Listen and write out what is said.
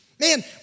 Man